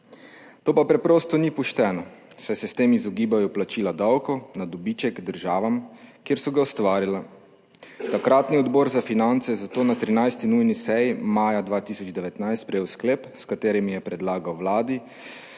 To pa preprosto ni pošteno, saj se s tem izogibajo plačila davkov na dobiček državam, kjer so ga ustvarila. Takratni odbor za finance je zato na 13. nujni seji maja 2019 sprejel sklep, s katerim je predlagal vladi,